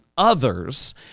others